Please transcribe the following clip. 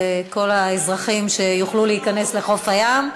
לכל האזרחים שיוכלו להיכנס לחוף הים,